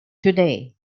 today